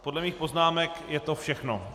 Podle mých poznámek je to všechno.